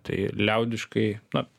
tai liaudiškai na